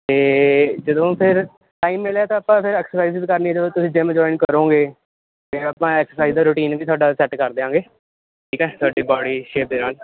ਅਤੇ ਜਦੋਂ ਫਿਰ ਟਾਈਮ ਮਿਲਿਆ ਤਾਂ ਆਪਾਂ ਫਿਰ ਐਕਸਰਸਾਈਜ਼ ਵੀ ਕਰਨੀ ਆ ਜਦੋਂ ਤੁਸੀਂ ਜਿੰਮ ਜੁਆਇਨ ਕਰੋਗੇ ਫਿਰ ਆਪਾਂ ਐਕਸਰਸਾਈਜ਼ ਦਾ ਰੂਟੀਨ ਵੀ ਤੁਹਾਡਾ ਸੈੱਟ ਕਰ ਦਿਆਂਗੇ ਠੀਕ ਹੈ ਤੁਹਾਡਾ ਤੁਹਾਡੀ ਸ਼ੇਪ ਦੇ ਨਾਲ